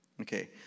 Okay